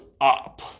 up